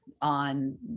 on